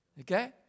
okay